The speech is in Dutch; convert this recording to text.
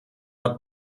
dat